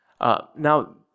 Now